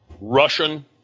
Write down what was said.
Russian